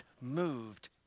moved